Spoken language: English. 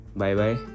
bye-bye